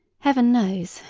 heaven knows,